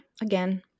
again